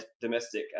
domestic